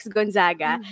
Gonzaga